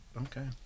okay